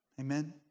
Amen